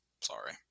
Sorry